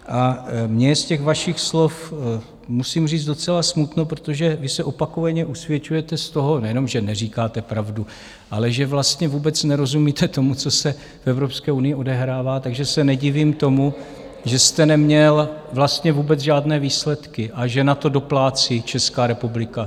A mně je z těch vašich slov musím říct docela smutno, protože vy se opakovaně usvědčujete z toho, nejenom že neříkáte pravdu, ale že vlastně vůbec nerozumíte tomu, co se v Evropské unii odehrává, takže se nedivím tomu, že jste neměl vlastně vůbec žádné výsledky a že na to doplácí Česká republika.